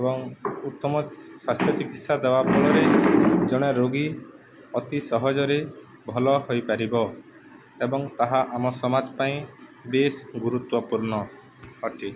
ଏବଂ ଉତ୍ତମ ସ୍ୱାସ୍ଥ୍ୟ ଚିକିତ୍ସା ଦେବା ଫଳରେ ଜଣେ ରୋଗୀ ଅତି ସହଜରେ ଭଲ ହୋଇପାରିବ ଏବଂ ତାହା ଆମ ସମାଜ ପାଇଁ ବେଶ ଗୁରୁତ୍ୱପୂର୍ଣ୍ଣ ଅଟେ